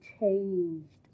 changed